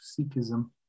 Sikhism